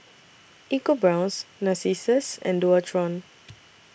EcoBrown's Narcissus and Dualtron